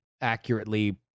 accurately